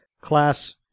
class